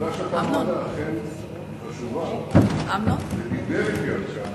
הנקודה שאתה מעלה אכן חשובה, ודיבר אתי על כך